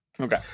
Okay